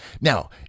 Now